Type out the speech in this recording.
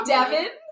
Devin